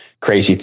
crazy